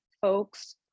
folks